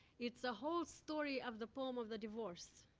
it's a whole story of the poem of the divorce.